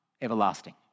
everlasting